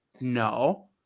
no